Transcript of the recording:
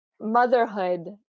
motherhood